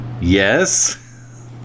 yes